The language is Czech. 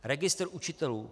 Registr učitelů.